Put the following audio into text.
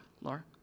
Laura